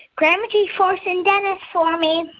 grandma g-force and dennis for me.